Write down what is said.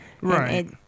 right